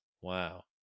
Wow